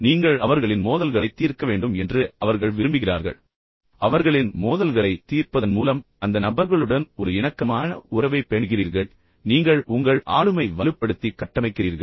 நீங்கள் வந்து அவர்களின் மோதல்களைத் தீர்க்க வேண்டும் என்று அவர்கள் விரும்புகிறார்கள் மேலும் அவர்களின் மோதல்களைத் தீர்ப்பதன் மூலம் நீங்கள் அந்த நபர்களுடன் ஒரு இணக்கமான உறவைப் பேணுகிறீர்கள் மேலும் நீங்கள் உங்கள் ஆளுமையை வலுப்படுத்தி கட்டமைக்கிறீர்கள்